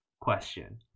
question